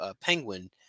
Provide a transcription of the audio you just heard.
penguin